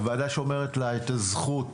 הוועדה שומרת לה את הזכות,